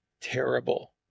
terrible